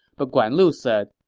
but guan lu said,